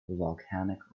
volcanic